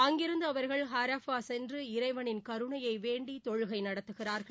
அங்கிருந்து அவர்கள் ஹரஃபா சென்று இறைவனின் கருணையை வேண்டி தொழுகை நடத்துகிறார்கள்